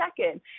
second